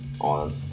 on